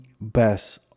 best